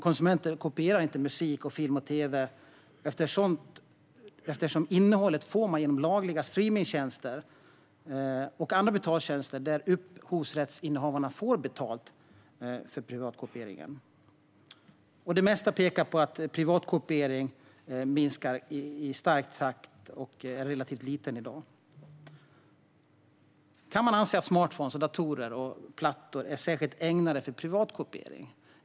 Konsumenter kopierar inte musik, film och tv eftersom man får sådant innehåll genom lagliga streamningstjänster och andra betaltjänster där upphovsrättsinnehavarna får betalt för privatkopieringen. Det mesta pekar på att privatkopieringen minskar i snabb takt och är av relativt liten omfattning i dag. Kan man anse att smartphones, datorer och surfplattor är särskilt ägnade för privatkopiering?